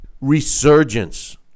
resurgence